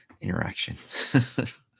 interactions